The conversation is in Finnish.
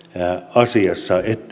asiassa